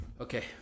Okay